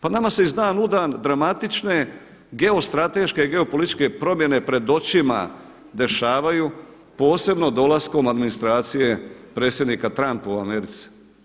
Pa nama se iz dana u dan dramatične geostrateške i geopolitičke promjene pred očima dešavaju posebno dolaskom administracije predsjednika Trumpa u Americi.